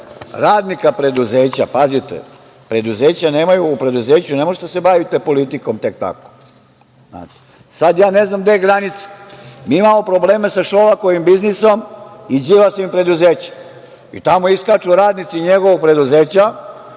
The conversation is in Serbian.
radnika preduzeća. Pazite, u preduzeću ne možete da se bavite politikom tek tako. Sad, ja ne znam gde je granica. Mi imamo probleme sa Šolakovim biznisom i Đilasovim preduzećem i tamo iskaču radnici njegovog preduzeća